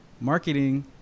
Marketing